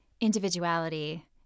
individuality